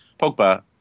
Pogba